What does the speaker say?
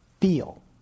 feel